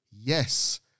Yes